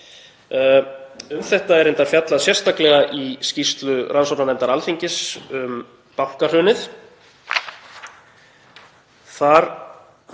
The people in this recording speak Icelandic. Um þetta er reyndar fjallað sérstaklega í skýrslu rannsóknarnefndar Alþingis um bankahrunið. Þar